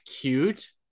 cute